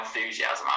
enthusiasm